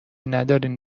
ندارین